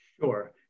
Sure